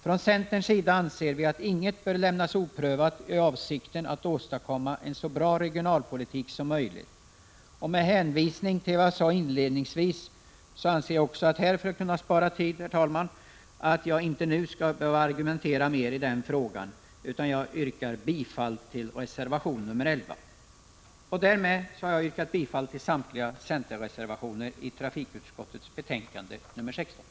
Från centerns sida anser vi att inget bör lämnas oprövat i avsikt att åstadkomma en så bra regionalpolitik som möjligt, och med hänvisning till vad jag sade inledningsvis anser jag, herr talman, att jag för att spara tid inte nu skall argumentera mer i denna fråga utan yrkar bifall till reservation nr 11. Därmed har jag yrkat bifall till samtliga centerreservationer i trafikutskottets betänkande nr 16.